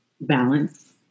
balance